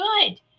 good